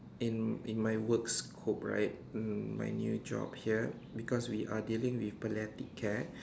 in in my work scope right um my new job here because we are dealing with care